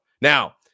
Now